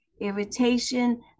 irritation